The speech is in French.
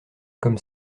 comme